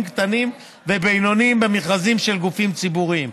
קטנים ובינוניים במכרזים של גופים ציבוריים.